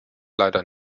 leider